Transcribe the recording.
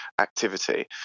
activity